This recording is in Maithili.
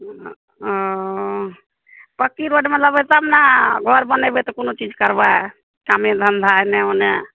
ओ पक्की रोडमे लेबै तब ने घर बनेबै तऽ कोनो चीज करबै कामे धंधा एन्ने उन्ने